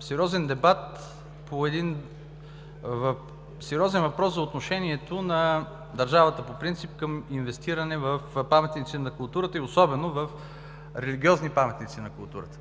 сериозен дебат по един сериозен въпрос – за отношението на държавата по принцип към инвестиране в паметници на културата и особено в религиозни паметници на културата.